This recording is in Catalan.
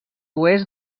oest